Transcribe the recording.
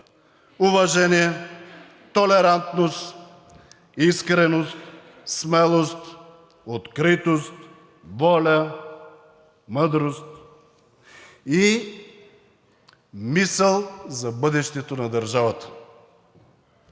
уважение, толерантност, искреност, смелост, откритост, воля, мъдрост и мисъл за бъдещето на държавата.